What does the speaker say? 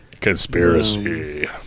conspiracy